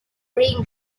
brain